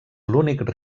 l’únic